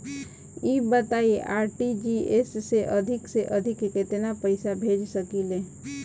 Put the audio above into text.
ई बताईं आर.टी.जी.एस से अधिक से अधिक केतना पइसा भेज सकिले?